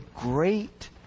great